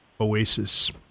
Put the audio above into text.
Oasis